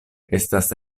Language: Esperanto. estas